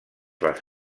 les